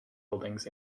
buildings